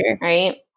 right